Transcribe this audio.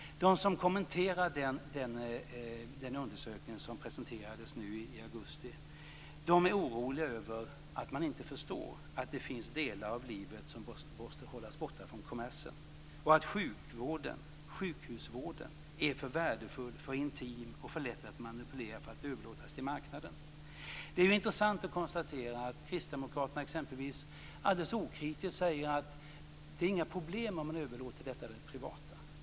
De som kommenterar den undersökning som presenterades i augusti är oroliga över att man inte förstår att det finns delar av livet som måste hållas borta från kommersen och att sjukhusvården är för värdefull, för intim och för lätt att manipulera för att överlåtas till marknaden. Det är intressant att konstatera att kristdemokraterna, exempelvis, alldeles okritiskt säger att det inte är några problem om man överlåter detta till det privata.